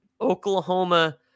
Oklahoma